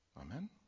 Amen